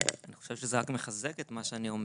אני חושב שזה רק מחזק את מה שאמרתי.